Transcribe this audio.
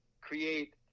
create